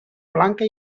blanca